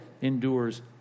endures